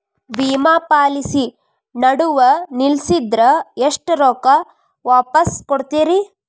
ವಿಮಾ ಪಾಲಿಸಿ ನಡುವ ನಿಲ್ಲಸಿದ್ರ ಎಷ್ಟ ರೊಕ್ಕ ವಾಪಸ್ ಕೊಡ್ತೇರಿ?